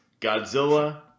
Godzilla